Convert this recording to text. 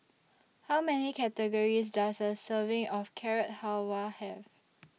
How Many Calories Does A Serving of Carrot Halwa Have